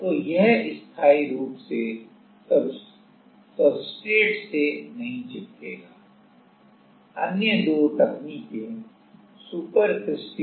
तो यह स्थायी रूप से सब्सट्रेट से नहीं चिपकेगा